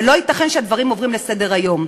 ולא ייתכן שהדברים עוברים לסדר-היום.